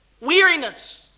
weariness